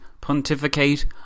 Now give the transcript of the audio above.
pontificate